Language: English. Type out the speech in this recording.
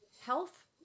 health